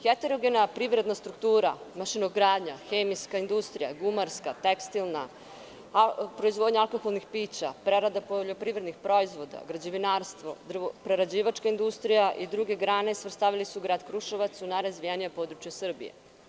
Heterogena privredna struktura, mašinogradnja, hemijska industrija, gumarska, tekstilna, proizvodnja alkoholnih pića, prerada poljoprivrednih proizvoda, građevinarstvo, prerađivačka industrija i druge grane svrstavali su grad Kruševac u najrazvijenije područje Srbije.